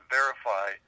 verify